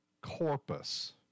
corpus